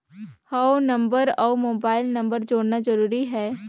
हव नंबर अउ mobile number जोड़ना जरूरी हे?